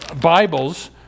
Bibles